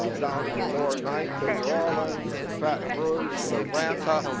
ah um down in the lower ninth in new orleans, in baton rouge, in atlanta,